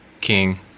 King